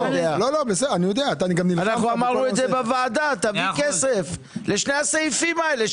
גם אמרנו בוועדה תביאי כסף לשני הסעיפים האלה.